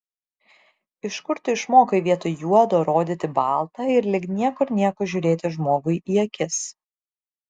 iš kur tu išmokai vietoj juodo rodyti balta ir lyg niekur nieko žiūrėti žmogui į akis